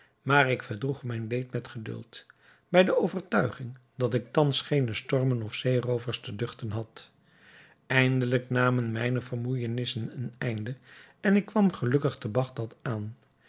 maar ik verdroeg mijn leed met geduld bij de overtuiging dat ik thans geene stormen of zeeroovers te duchten had eindelijk namen mijne vermoeijenissen een einde en ik kwam gelukkig te bagdad aan